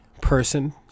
person